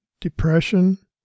depression